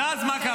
בזה לטייסים,